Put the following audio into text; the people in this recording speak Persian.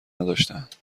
نداشتهاند